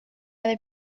other